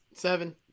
Seven